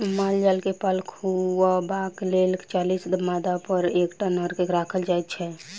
माल जाल के पाल खुअयबाक लेल चालीस मादापर एकटा नर के राखल जाइत छै